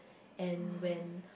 and when